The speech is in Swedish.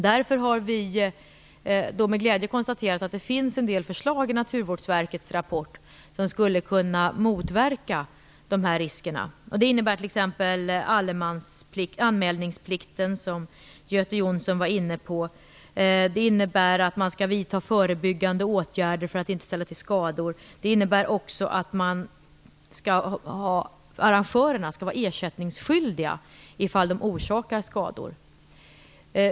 Vi har därför med glädje konstaterat att det finns en del förslag i Naturvårdsverkets rapport som skulle kunna motverka dessa risker. Det innebär t.ex. anmälningsplikt, som Göte Jonsson berörde. Det innebär att man skall vidta förebyggande åtgärder för att inte ställa till skador. Det innebär också att arrangörerna skall vara ersättningsskyldiga ifall de orsakar skador.